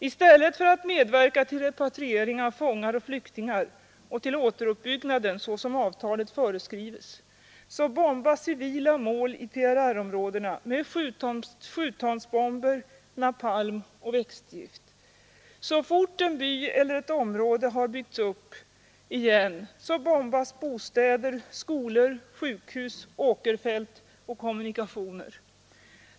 I stället för att medverka till repatriering av fångar och flyktingar och till återuppbyggnaden, såsom i avtalet föreskrives, bombas civila mål i PRR-områdena med sjutonsbomber, napalm och växtgift. Så fort en by eller ett område byggts upp igen bombas bostäder, skolor, sjukhus, åkerfält och kommunikationer.